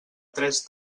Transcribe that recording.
tres